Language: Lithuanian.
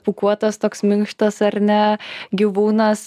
pūkuotas toks minkštas ar ne gyvūnas